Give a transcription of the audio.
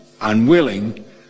unwilling